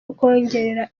ukongerera